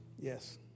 Yes